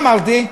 מה אמרתי?